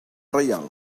reial